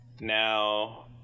Now